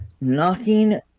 Knocking